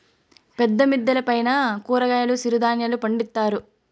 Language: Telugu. పెద్ద మిద్దెల పైన కూరగాయలు సిరుధాన్యాలు పండిత్తారు